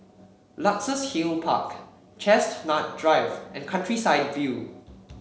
Luxus Hill Park Chestnut Drive and Countryside View